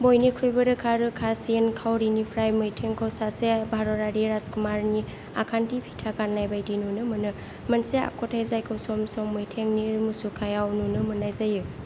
बयनिख्रुइबो रोखा रोखासिन खाउरिनिफ्राय मैथेंखौ सासे भारतारि राजकुमारनि आखान्थि फिथा गाननाय बायदि नुनो मोनो मोनसे आखुथाइ जायखौ सम सम मैथेंनि मुसुखायाव नुनो मोननाय जायो